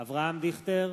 אברהם דיכטר,